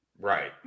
right